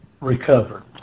recovered